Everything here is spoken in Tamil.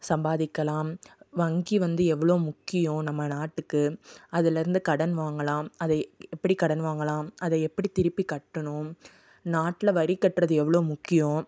சம்பாதிக்கலாம் வங்கி வந்து எவ்வளோ முக்கியம் நம்ம நாட்டுக்கு அதிலேருந்து கடன் வாங்கலாம் அது எப்படி கடன் வாங்கலாம் அதை எப்படி திருப்பி கட்டணும் நாட்டில் வரி கட்டுவது எவ்வளோ முக்கியம்